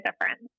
difference